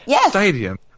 Stadium